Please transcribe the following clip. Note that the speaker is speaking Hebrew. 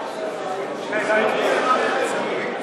חברי הכנסת, אני מתכבד להודיע לכנסת,